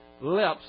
lips